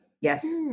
Yes